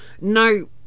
No